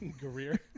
career